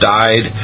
died